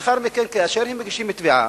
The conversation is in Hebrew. ולאחר מכן, כאשר הם מגישים תביעה,